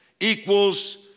equals